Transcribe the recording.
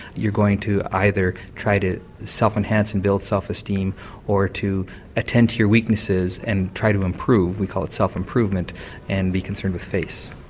you're going to either try to self-enhance and build self-esteem or to attend to your weaknesses and try to improve we call it self-improvement and be concerned with face.